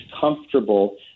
comfortable